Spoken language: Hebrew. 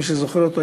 מי שזוכר אותו,